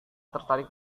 tertarik